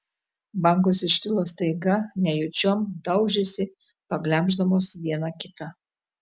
bangos iškilo staiga nejučiom daužėsi paglemždamos viena kitą